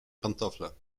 pantofle